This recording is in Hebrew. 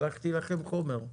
שלחתי לכם חומר.